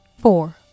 Four